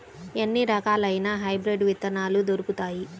ఎన్ని రకాలయిన హైబ్రిడ్ విత్తనాలు దొరుకుతాయి?